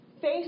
face